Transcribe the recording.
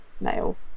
male